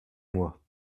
moi